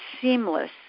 seamless